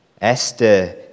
Esther